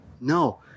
no